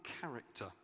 character